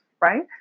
right